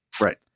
Right